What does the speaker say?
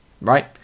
Right